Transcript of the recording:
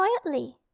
quietly